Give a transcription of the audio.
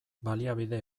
baliabide